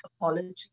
apology